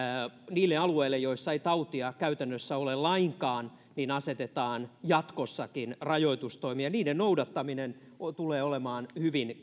niille alueille joilla ei tautia käytännössä ole lainkaan asetetaan jatkossakin rajoitustoimia niiden noudattaminen tulee olemaan hyvin